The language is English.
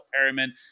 Perryman